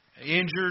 injured